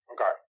Okay